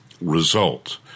result